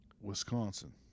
Wisconsin